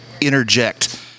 interject